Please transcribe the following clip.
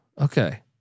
Okay